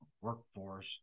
workforce